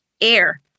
Air